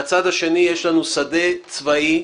מהצד השני, יש לנו שדה צבאי,